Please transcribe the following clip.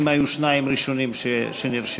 הם היו השניים הראשונים שנרשמו.